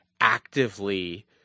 actively